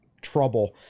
trouble